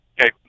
Okay